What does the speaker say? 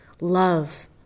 love